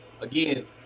again